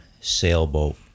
sailboat